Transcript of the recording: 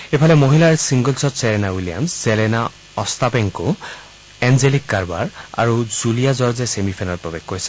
ইফালে মহিলাৰ ছিংগল্ছত Serena Williams Jelena Ostapenko Angelique Kerber আৰু জুলিয়া জৰ্জে ছেমি ফাইনেলত প্ৰৱেশ কৰিছে